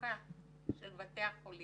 הטיפול והאם